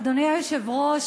אדוני היושב-ראש,